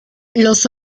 los